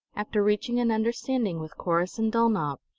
after reaching an understanding with corrus and dulnop,